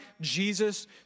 Jesus